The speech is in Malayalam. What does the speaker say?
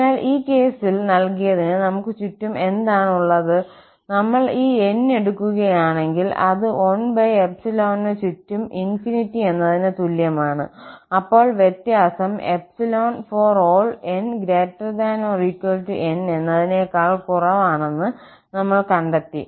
അതിനാൽ ഈ കേസിൽ നൽകിയതിന് നമുക്ക് എന്താണുള്ളത് നമ്മൾ ഈ N എടുക്കുകയാണെങ്കിൽ അത് 1 ന് ചുറ്റും ∞ എന്നതിന് തുല്യമാണ് അപ്പോൾ വ്യത്യാസം ∈∀n≥N എന്നതിനേക്കാൾ കുറവാണെന്ന് നമ്മൾ കണ്ടെത്തി